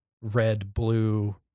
red-blue